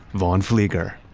vaughn fleeger.